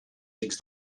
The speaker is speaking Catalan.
rics